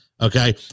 Okay